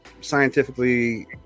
scientifically